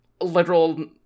literal